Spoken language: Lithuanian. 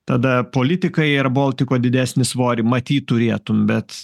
tada politikai eir boltik kuo didesnį svorį matyt turėtum bet